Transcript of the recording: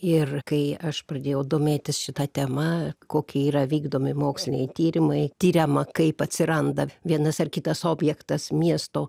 ir kai aš pradėjau domėtis šita tema kokie yra vykdomi moksliniai tyrimai tiriama kaip atsiranda vienas ar kitas objektas miesto